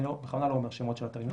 אני בכוונה לא אומר שמות של אתרים,